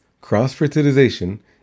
cross-fertilization